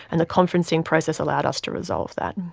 and the conferencing process allowed us to resolve that.